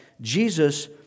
Jesus